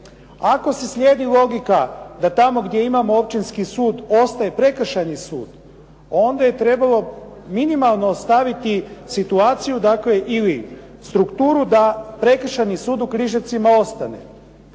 Ako se slijedi logika da tamo gdje imamo općinski sud ostaje prekršajni sud onda je trebalo minimalno ostaviti situaciju dakle ili strukturu da Prekršajni sud u Križevcima ostane.